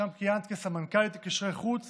ששם כיהנת כסמנכ"לית לקשרי חוץ